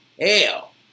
hell